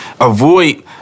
avoid